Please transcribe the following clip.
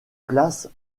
place